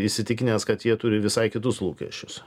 įsitikinęs kad jie turi visai kitus lūkesčius